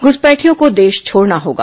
घुसपैठियों को देश छोड़ना होगा